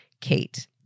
Kate